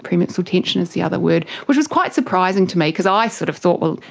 premenstrual tension is the other word. which was quite surprising to me because i sort of thought, well,